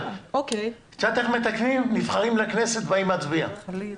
נבחרים לכנסת ובאים להצביע.